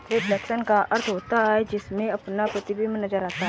reflection का अर्थ होता है जिसमें अपना प्रतिबिंब नजर आता है